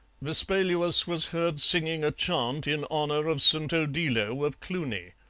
vespaluus was heard singing a chant in honour of st. odilo of cluny.